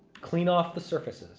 clean off the surfaces